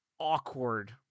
awkward